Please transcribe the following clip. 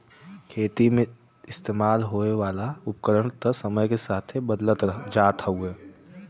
खेती मे इस्तेमाल होए वाला उपकरण त समय के साथे बदलत जात हउवे